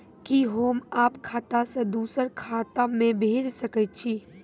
कि होम आप खाता सं दूसर खाता मे भेज सकै छी?